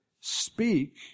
speak